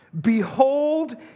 Behold